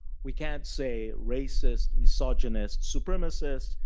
we can't say racist, misogynist, supremacist,